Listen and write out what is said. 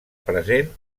present